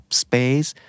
space